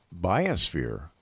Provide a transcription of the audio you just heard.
biosphere